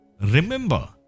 Remember